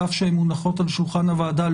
על אף שהן מונחות על שולחן הוועדה,